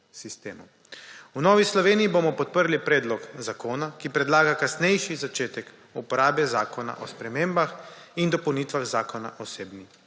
V Novi Sloveniji bomo podprli predlog zakona, ki predlaga kasnejši začetek uporabe Zakona o spremembah in dopolnitvah Zakona o osebni